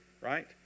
right